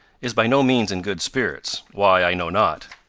is by no means in good spirits why, i know not.